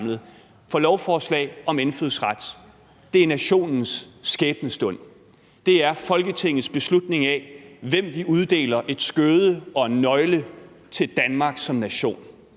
For lovforslag om indfødsrets meddelelse er nationens skæbnestund. Det er Folketingets beslutning om, til hvem vi uddeler et skøde og en nøgle til Danmark som nation.